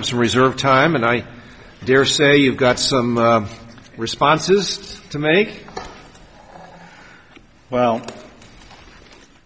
to reserve time and i daresay you've got some responses to make well